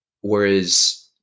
Whereas